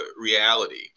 reality